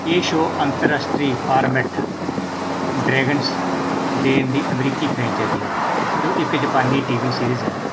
ਇਹ ਸ਼ੋ ਅੰਤਰਰਾਸ਼ਟਰੀ format Dragons Den ਦੀ ਅਮਰੀਕੀ ਫ੍ਰਾਈਚੈਜੀ ਹੈ ਜੋ ਇੱਕ ਜਪਾਨੀ ਟੀ ਵੀ ਸੀਰੀਜ਼ ਹੈ